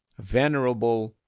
venerable,